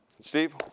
Steve